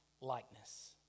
likeness